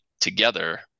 together